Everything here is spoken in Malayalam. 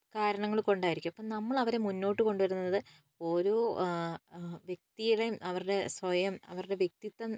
കാരണങ്ങൾ കൊണ്ടായിരിക്കും അപ്പോൾ നമ്മളവരെ മുന്നോട്ട് കൊണ്ടുവരുന്നത് ഓരോ വ്യക്തിയുടേയും അവരുടെ സ്വയം അവരുടെ വ്യക്തിത്വം